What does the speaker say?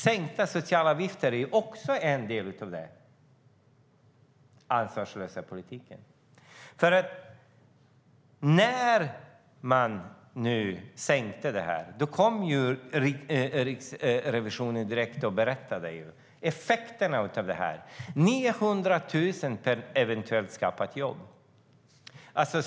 Sänkta socialavgifter är också en del av den ansvarslösa politiken. När man gjorde dessa sänkningar kom Riksrevisionen direkt och berättade om effekterna: 900 000 för att eventuellt skapa ett jobb.